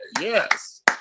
Yes